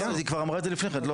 היא כבר אמרה את זה לפני כן.